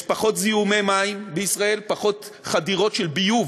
יש פחות זיהומי מים בישראל, פחות חדירות של ביוב